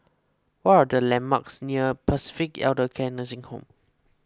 what are the landmarks near Pacific Elder Care Nursing Home